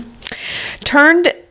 turned